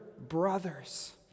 brothers